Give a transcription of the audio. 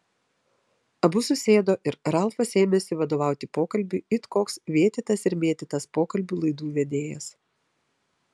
abu susėdo ir ralfas ėmėsi vadovauti pokalbiui it koks vėtytas ir mėtytas pokalbių laidų vedėjas